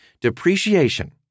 Depreciation